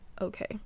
Okay